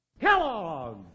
Kellogg